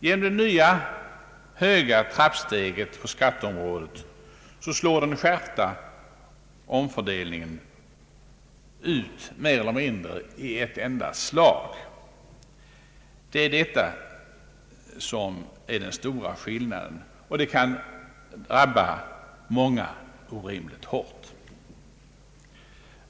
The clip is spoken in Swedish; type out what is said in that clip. Genom det nya höga trappsteget på skatteområdet slår den skärpta omfördelningen ut mer eller mindre i ett enda slag. Det är detta som är den stora skillnad som gör att reformen kan drabba många människor orimligt hårt.